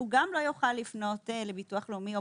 גם לא יוכל לפנות לביטוח לאומי,